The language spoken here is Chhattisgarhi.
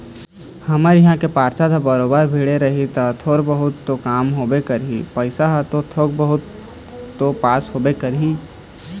हमर इहाँ के पार्षद ह बरोबर भीड़े रही ता थोर बहुत तो काम होबे करही पइसा ह थोक बहुत तो पास होबे करही